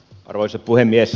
arvoisa puhemies